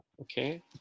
Okay